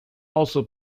also